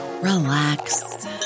relax